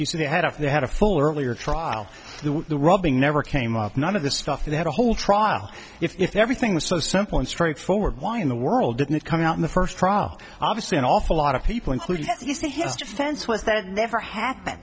you said they had if they had a full earlier trial the rubbing never came up none of the stuff they had a whole trial if everything was so simple and straightforward why in the world didn't it come out in the first trial obviously an awful lot of people including you say his defense was that never happened